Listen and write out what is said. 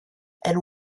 and